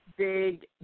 Big